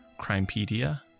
Crimepedia